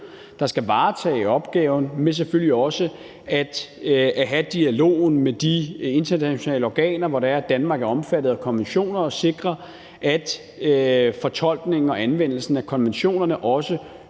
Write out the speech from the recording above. der skal varetage opgaven, men selvfølgelig også at have dialogen med de internationale organer, hvor det er, at Danmark er omfattet af konventioner, og sikre, at fortolkningen og anvendelsen af konventionerne også